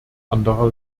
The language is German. anderer